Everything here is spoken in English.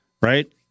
right